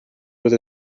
with